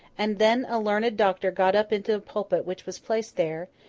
and then a learned doctor got up into a pulpit which was placed there,